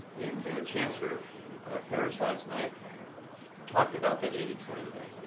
and chancellor harris last night talked about that eighty twenty thing.